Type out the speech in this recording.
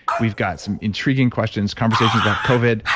we've got some intriguing questions, conversations about covid.